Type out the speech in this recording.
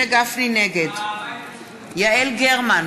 נגד יעל גרמן,